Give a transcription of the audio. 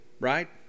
right